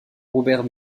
robert